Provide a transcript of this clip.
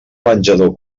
menjador